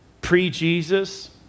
pre-Jesus